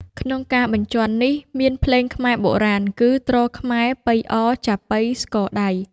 ក្នុងការបញ្ជាន់នេះ មានភ្លេងខ្មែរបុរាណគឺ ទ្រខ្មែរ ប៉ីអ ចាប៉ី ស្គរដី